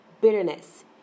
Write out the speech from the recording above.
bitterness